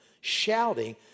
shouting